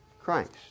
Christ